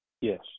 Yes